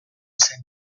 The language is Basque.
zen